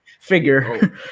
figure